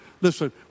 listen